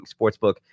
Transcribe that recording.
Sportsbook